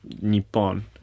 Nippon